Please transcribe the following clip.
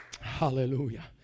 Hallelujah